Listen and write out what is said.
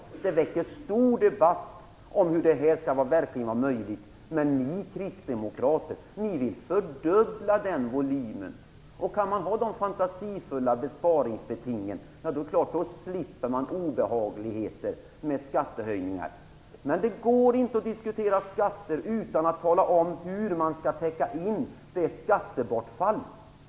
Det har väckt stor debatt om detta verkligen är möjligt. Men ni kristdemokrater vill fördubbla den volymen. Om man kan ha dessa fantasifulla besparingsbeting slipper man obehagligheter med skattehöjningar. Men det går inte att diskutera skatter utan att tala om hur man skall täcka in skattebortfallet.